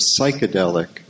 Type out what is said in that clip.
psychedelic